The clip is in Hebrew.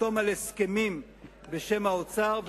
לחתום על הסכמים בשם האוצר.